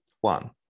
one